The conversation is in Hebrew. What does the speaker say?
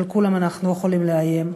על כולם אנחנו יכולים לאיים.